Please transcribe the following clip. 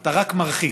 אתה רק מרחיק,